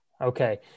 Okay